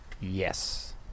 yes